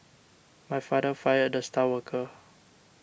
my father fired the star worker